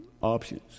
options